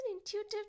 Intuitive